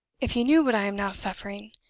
if you knew what i am now suffering,